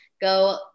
go